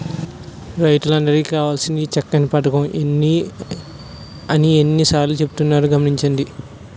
రైతులందరికీ కావాల్సినదే ఈ చక్కని పదకం అని ఎన్ని సార్లో చెబుతున్నారు గమనించండి